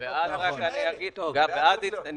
יש